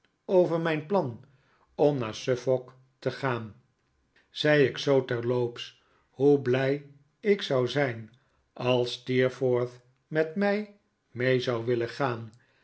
over mijn plan om naar suffolk te gaan zei ik zoo terloops hoe blij ik zou zijn als steerforth met mij mee zou willen gaan